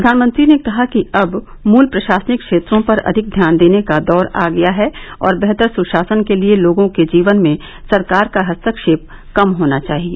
प्रधानमंत्री ने कहा कि अब मूल प्रशासनिक क्षेत्रों पर अधिक ध्यान देने का दौर आ गया है और बेहतर सुशासन के लिए लोगों के जीवन में सरकार का हस्तक्षेप कम होना चाहिए